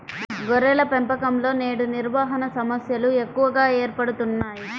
గొర్రెల పెంపకంలో నేడు నిర్వహణ సమస్యలు ఎక్కువగా ఏర్పడుతున్నాయి